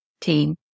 team